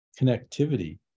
connectivity